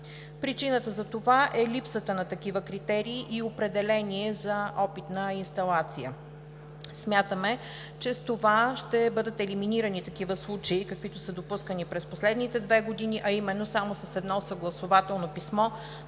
Причината за това е липсата на такива критерии и определение за „опитна инсталация“. Смятаме, че с това ще бъдат елиминирани такива случаи, каквито са допускани през последните две години, а именно само с едно съгласувателно писмо